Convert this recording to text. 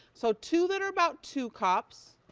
so two that are about two cups,